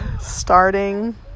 starting